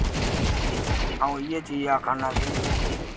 अ'ऊं इ'यै चीज आक्खा ना कि